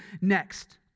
next